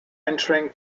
entering